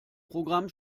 programm